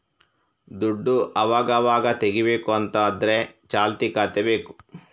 ದುಡ್ಡು ಅವಗಾವಾಗ ತೆಗೀಬೇಕು ಅಂತ ಆದ್ರೆ ಚಾಲ್ತಿ ಖಾತೆ ಬೇಕು